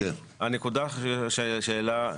הנקודה שהעלה אריאל.